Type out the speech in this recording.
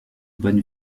bonne